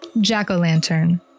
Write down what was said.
Jack-o'-lantern